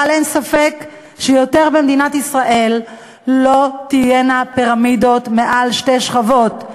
אבל אין ספק שבמדינת ישראל לא תהיינה עוד פירמידות מעל שתי שכבות.